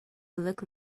look